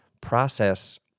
process